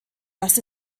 das